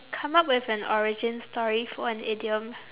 come up with an origin story for an idiom